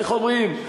איך אומרים?